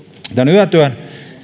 yötyötä